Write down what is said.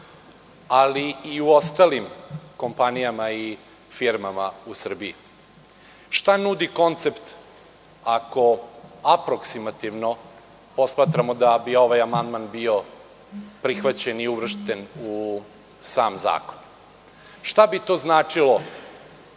ali i u ostalim kompanijama i firmama u Srbiji. Šta nudi koncept ako aproksimativno posmatramo da bi ovaj amandman bio prihvaćen i uvršten u sam zakon? Šta bi to značilo